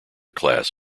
class